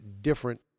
different